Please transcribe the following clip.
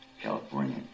California